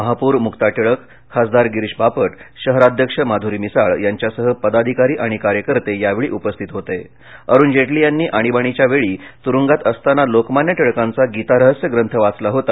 महापौर मुक्ता टिळक खासदार गिरीश बापट शहराध्यक्ष माधुरी मिसाळ यांच्यासह पदाधिकारी आणि कार्यकर्ते यावेळी उपस्थित होते अरुण जेटली यांनी आणीबाणीच्या वेळी तुरुंगात असताना लोकमान्य टिळकांचा गीतारहस्य ग्रंथ वाचला होता